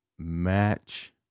match